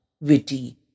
witty